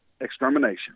extermination